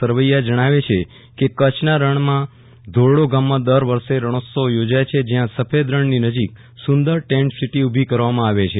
સરવયા જણાવે છે કે કચ્છના રણમાં ધોરડો ગામમાં દર વષ રણોત્સવ યોજાય છે જયાં સફેદ રણની નજીક સંદર ટેન્ટ સીટી ઉભો કરવામાં આવે છે